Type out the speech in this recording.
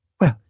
Well